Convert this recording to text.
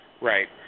Right